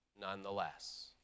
nonetheless